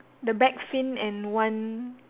the back fin and one